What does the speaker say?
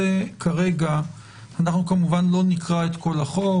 כרגע כמובן לא נקרא את כל החוק.